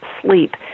sleep